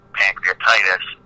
pancreatitis